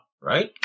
right